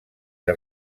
que